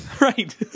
Right